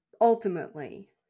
Ultimately